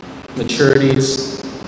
maturities